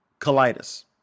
colitis